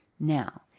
Now